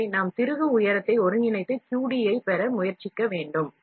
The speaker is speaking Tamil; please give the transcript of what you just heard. எனவே நாம் திருகு உயரத்தை ஒருங்கிணைத்து QD ஐப் பெற முயற்சிக்க வேண்டும்